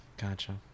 gotcha